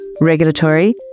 regulatory